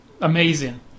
amazing